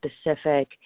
specific